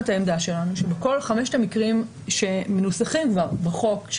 את העמדה שלנו שבכל חמשת המקרים שמנוסחים כבר בחוק,